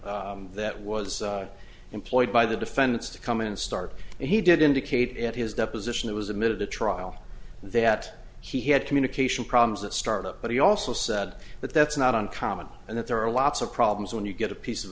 technician that was employed by the defendants to come in and start and he did indicate at his deposition that was admitted to trial that he had communication problems that start up but he also said that that's not uncommon and that there are lots of problems when you get a piece of